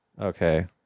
okay